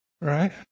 Right